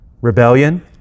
rebellion